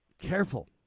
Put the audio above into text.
careful